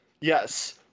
Yes